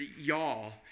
y'all